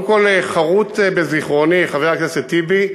קודם כול, חרות בזיכרוני, חבר הכנסת טיבי,